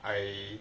I